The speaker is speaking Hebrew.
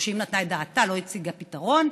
או שאם נתנה את דעתה לא הציגה פתרון.